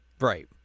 right